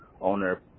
owner